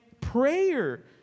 prayer